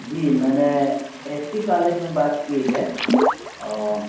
جی میں نے S T college میں بات کی ہے اور